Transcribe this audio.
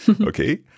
Okay